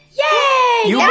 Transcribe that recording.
yay